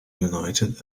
united